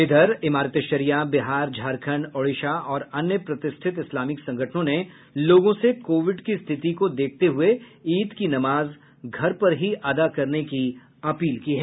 इधर इमारत ए शरिया बिहार झारखंड ओडिशा और अन्य प्रतिष्ठित इस्लामिक संगठनों ने लोगों से कोविड की स्थिति को देखते हुए ईद की नमाज घर पर ही अदा करने की अपील की है